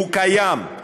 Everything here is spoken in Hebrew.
הוא קיים,